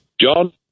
john